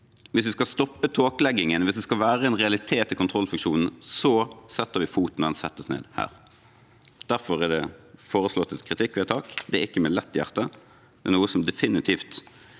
Hvis vi skal stoppe tåkeleggingen, hvis det skal være en realitet i kontrollfunksjonen, settes foten ned, og den settes ned her. Derfor er det foreslått et kritikkvedtak. Det er ikke med lett hjerte, det er noe som definitivt